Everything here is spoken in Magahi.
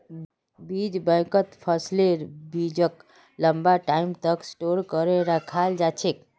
बीज बैंकत फसलेर बीजक लंबा टाइम तक स्टोर करे रखाल जा छेक